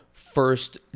first